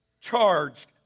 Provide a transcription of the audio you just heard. charged